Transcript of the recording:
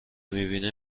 میبینه